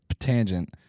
tangent